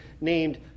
named